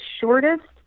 shortest